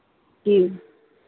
जी